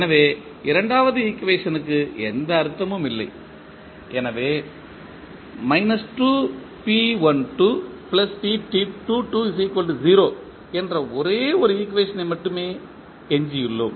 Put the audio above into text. எனவே இரண்டாவது ஈக்குவேஷன் க்கு எந்த அர்த்தமும் இல்லை எனவே என்ற ஒரே ஒரு ஈக்குவேஷன் ஐ மட்டுமே எஞ்சியுள்ளோம்